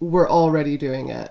we're already doing it